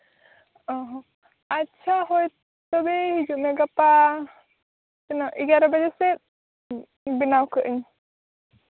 ᱚ ᱦᱚᱸ ᱟᱪᱪᱷᱟ ᱦᱳᱭ ᱛᱚᱵᱮ ᱦᱤᱡᱩᱜ ᱢᱮ ᱜᱟᱯᱟ ᱛᱤᱱᱟᱹᱜ ᱮᱜᱟᱨᱳ ᱵᱟᱡᱮ ᱥᱮᱫ ᱵᱮᱱᱟᱣ ᱠᱟᱜ ᱟᱹᱧ